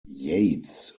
yates